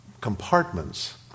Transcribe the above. compartments